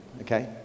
Okay